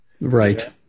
Right